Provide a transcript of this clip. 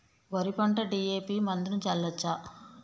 వరి పంట డి.ఎ.పి మందును చల్లచ్చా?